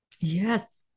Yes